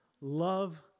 love